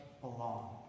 belong